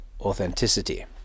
authenticity